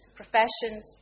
professions